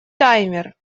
таймер